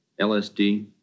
LSD